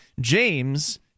james